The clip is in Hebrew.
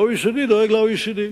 ה-OECD דואג ל-OECD.